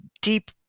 deep